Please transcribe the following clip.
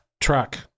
truck